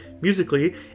musically